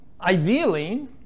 ideally